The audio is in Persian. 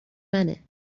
منه